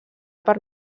per